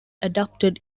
adapted